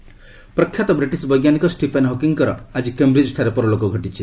Stephen Hawking ପ୍ରଖ୍ୟାତ British ବୈଜ୍ଞାନିକ Stephen ହକିଙ୍ଗ୍ଙ୍କର ଆଜି କେମ୍ବ୍ରିଜ୍ଠାରେ ପରଲୋକ ଘଟିଛି